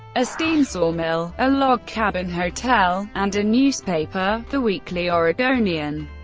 a steam sawmill, a log cabin hotel, and a newspaper, the weekly oregonian.